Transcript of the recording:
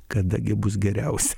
kada gi bus geriausia